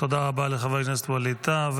תודה רבה לחבר הכנסת ווליד טאהא,